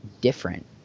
different